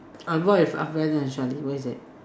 I go out with ah-Ben and Shally where is it